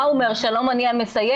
הוא אומר, שלום, אני המסייע?